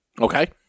Okay